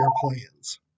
plans